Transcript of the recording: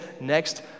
next